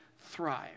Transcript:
thrive